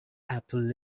apple